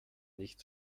nicht